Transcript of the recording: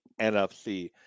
NFC